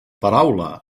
paraula